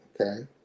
okay